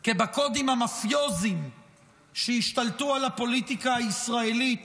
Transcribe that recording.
כי בקודים המאפיוזיים שהשתלטו על הפוליטיקה הישראלית